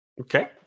Okay